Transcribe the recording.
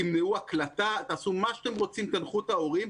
תמנעו הקלטה, תעשו מה שאתם רוצים, תנחו את ההורים.